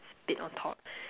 split on top